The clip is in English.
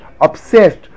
obsessed